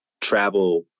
travel